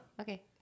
Okay